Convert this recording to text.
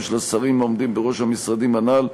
של השרים העומדים בראש המשרדים הנ"ל,